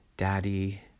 Daddy